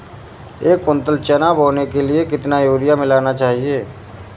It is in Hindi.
एक कुंटल चना बोने के लिए कितना यूरिया मिलाना चाहिये?